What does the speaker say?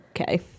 okay